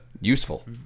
Useful